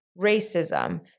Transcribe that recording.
racism